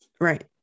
right